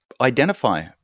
identify